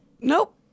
nope